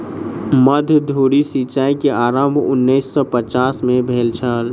मध्य धुरी सिचाई के आरम्भ उन्नैस सौ पचास में भेल छल